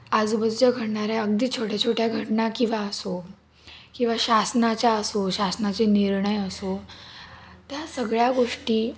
आजूबाजूच्या घडणाऱ्या अगदी छोट्या छोट्या घटना किंवा असो किंवा शासनाच्या असो शासनाचे निर्णय असो त्या सगळ्या गोष्टी